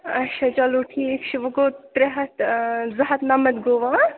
اچھا چلو ٹھیٖک چھِ وٕ گوٚو ترٛےٚ ہَتھ زٕ ہَتھ نَمَتھ گوٚو وٕ